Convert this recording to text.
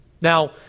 Now